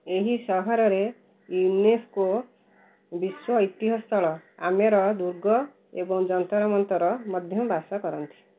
ଏହି ସହରରେ ୟୁନେସ୍କୋ ବିଶ୍ୱ ଐତିହ୍ୟ ସ୍ଥଳ ଆମେର ଦୁର୍ଗ ଏବଂ ଜନ୍ତର ମନ୍ତର ମଧ୍ୟ ବାସ କରନ୍ତି